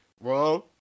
wrong